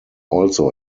also